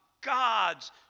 God's